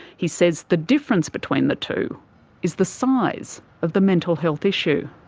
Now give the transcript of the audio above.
he says the difference between the two is the size of the mental health issue.